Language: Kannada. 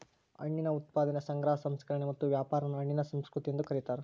ಹಣ್ಣಿನ ಉತ್ಪಾದನೆ ಸಂಗ್ರಹ ಸಂಸ್ಕರಣೆ ಮತ್ತು ವ್ಯಾಪಾರಾನ ಹಣ್ಣಿನ ಸಂಸ್ಕೃತಿ ಎಂದು ಕರೀತಾರ